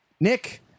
Nick